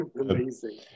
Amazing